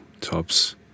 tops